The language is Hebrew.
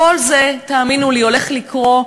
כל זה, תאמינו לי, הולך לקרות.